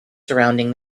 surrounding